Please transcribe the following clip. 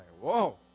Whoa